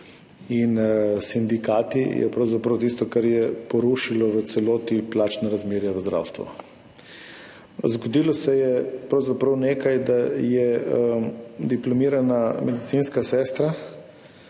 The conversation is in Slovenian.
in s sindikati, je pravzaprav tisto, kar je porušilo v celoti plačna razmerja v zdravstvu. Zgodilo se je pravzaprav nekaj, da je diplomirana medicinska sestra